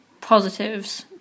positives